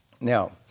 Now